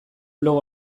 blog